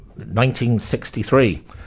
1963